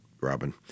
Robin